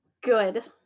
Good